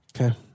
Okay